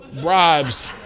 bribes